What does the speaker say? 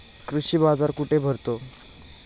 कृषी बाजार कुठे भरतो?